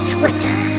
Twitter